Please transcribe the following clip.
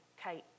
Kate